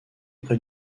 près